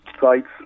sites